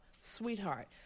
sweetheart